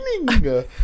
winning